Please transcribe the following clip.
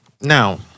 Now